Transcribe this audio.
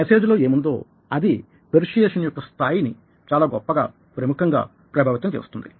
message లో ఏముందో అది పెర్సుయేసన్ యొక్క స్థాయిని చాలా గొప్పగా ప్రముఖంగా ప్రభావితం చేస్తుంది